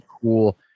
cool